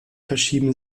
verschieben